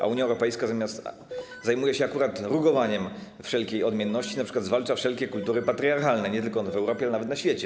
A Unia Europejska zajmuje się akurat rugowaniem wszelkiej odmienności, np. zwalcza wszelkie kultury patriarchalne, nie tylko w Europie, ale nawet na świecie.